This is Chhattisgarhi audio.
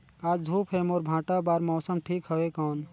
आज धूप हे मोर भांटा बार मौसम ठीक हवय कौन?